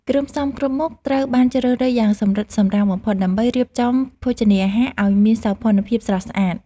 គ្រឿងផ្សំគ្រប់មុខត្រូវបានជ្រើសរើសយ៉ាងសម្រិតសម្រាំងបំផុត ដើម្បីរៀបចំភោជនីយអាហារឱ្យមានសោភ័ណភាពស្រស់ស្អាត។